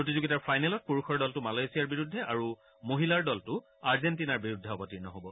প্ৰতিযোগিতাৰ ফাইনেলত পুৰুষৰ দলটো মালয়েছিয়াৰ বিৰুদ্ধে আৰু মহিলাৰ দলটো আৰ্জেণ্টিনাৰ বিৰুদ্ধে অৱতীৰ্ণ হব